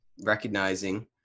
recognizing